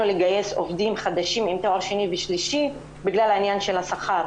לגייס עובדים חדשים עם תואר שני ושלישי בגלל העניין של השכר.